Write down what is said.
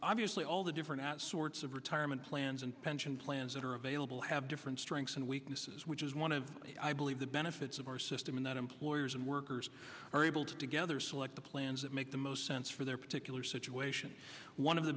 obviously all the different sorts of retirement plans and pension plans that are available have different strengths and weaknesses which is one of i believe the benefits of our system in that employers and workers are able to together select the plans that make the most sense for their particular situation one of the